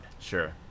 Sure